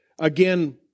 again